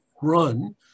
run